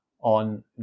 on